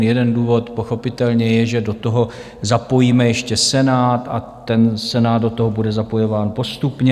Jeden důvod pochopitelně je, že do toho zapojíme ještě Senát, a Senát do toho bude zapojován postupně.